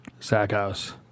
Sackhouse